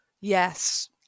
Yes